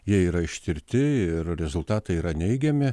jie yra ištirti ir rezultatai yra neigiami